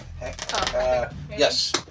Yes